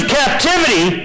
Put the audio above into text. captivity